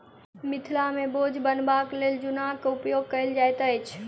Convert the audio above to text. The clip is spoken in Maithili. मिथिला मे बोझ बन्हबाक लेल जुन्नाक उपयोग कयल जाइत अछि